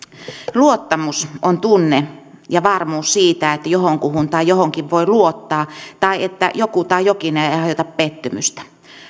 luottamus on tunne ja varmuus siitä että johonkuhun tai johonkin voi luottaa tai että joku tai jokin pettymystä